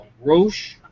Roche